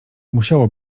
musiało